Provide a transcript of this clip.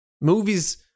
movies